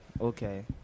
Okay